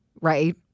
right